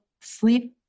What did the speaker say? Sleep